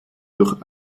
durch